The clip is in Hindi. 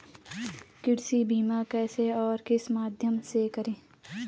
कृषि बीमा कैसे और किस माध्यम से करें?